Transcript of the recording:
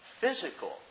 physical